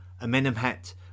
Amenemhat